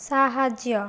ସାହାଯ୍ୟ